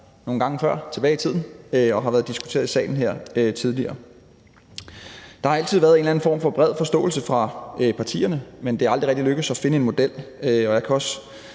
nogle gange før tilbage i tiden og været diskuteret i salen her tidligere. Der har altid været en eller anden form for bred forståelse hos partierne, men det er aldrig rigtig lykkedes at finde en model. Jeg har